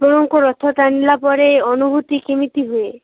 ଆପଣଙ୍କୁ ରଥ ଟାଣିଲା ପରେ ଅନୁଭୂତି କେମିତି ହୁଏ